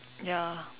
ya